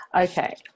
okay